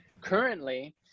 currently